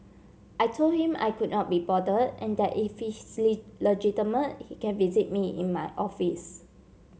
I told him I could not be bothered and that if he's legitimate he can visit me in my office